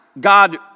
God